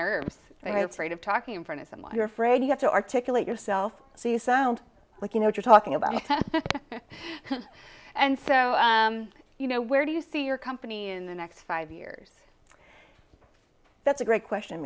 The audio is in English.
nerves of talking in front of someone you're afraid you have to articulate yourself so you sound like you know what you're talking about and so you know where do you see your company in the next five years that's a great question